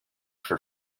for